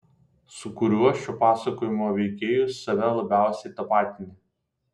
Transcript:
su kuriuo šio pasakojimo veikėju save labiausiai tapatini